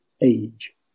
age